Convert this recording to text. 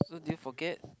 do you forget